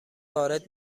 وارد